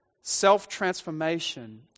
self-transformation